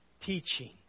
Teaching